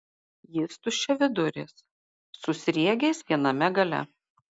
jis tuščiaviduris su sriegiais viename gale